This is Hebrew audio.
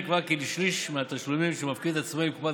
נקבע כי שליש מהתשלומים שמפקיד עצמאי לקופת